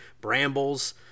brambles